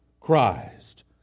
Christ